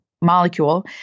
molecule